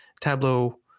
Tableau